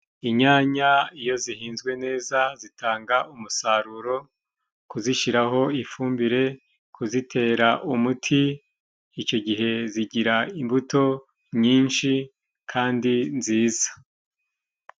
Inyanya iyo zihinzwe neza zitanga umusaruro, kuzishiraho ifumbire, kuzitera umuti icyo gihe zigira imbuto nyinshi kandi nziza.